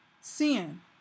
sin